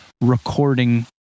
recording